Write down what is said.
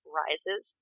rises